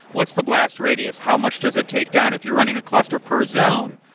what's the blast radius. how much does it take down? if you're running a cluster per zone,